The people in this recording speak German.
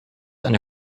eine